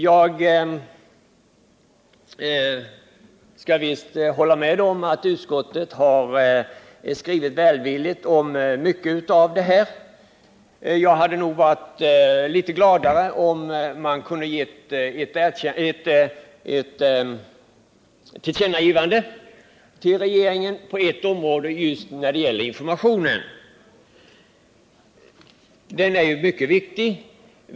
Jag kan visst hålla med om att utskottet har skrivit välvilligt om mycket av detta, men jag hade nog blivit gladare om utskottet hade kunnat göra ett tillkännagivande till regeringen på det område som gäller just informationen, vilken ju är mycket viktig.